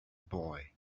boy